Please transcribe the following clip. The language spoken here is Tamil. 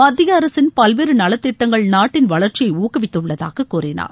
மத்திய அரசின் பல்வேறு நலத்திட்டங்கள் நாட்டின் வளர்ச்சியை ஊக்குவித்துள்ளதாக கூறினார்